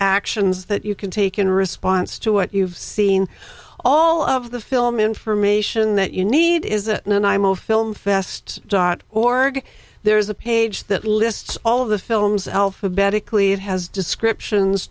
actions that you can take in response to what you've seen all of the film information that you need is it and imo film fest dot org there is a page that lists all of the films alphabetically it has descriptions